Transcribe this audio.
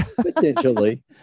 potentially